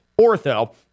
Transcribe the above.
ortho